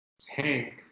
tank